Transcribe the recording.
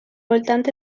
voltant